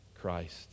Christ